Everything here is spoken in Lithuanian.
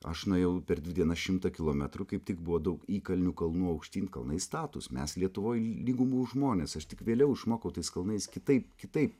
aš nuėjau per dvi dienas šimtą kilometrų kaip tik buvo daug įkalnių kalnų aukštyn kalnai statūs mes lietuvoj lygumų žmonės aš tik vėliau išmokau tais kalnais kitaip kitaip